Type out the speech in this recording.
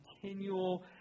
continual